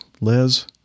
Liz